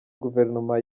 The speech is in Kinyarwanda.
guverinoma